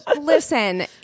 listen